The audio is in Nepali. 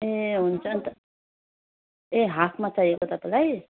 ए हुन्छ अन्त ए हाफमा चाहिएको तपाईँलाई